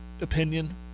opinion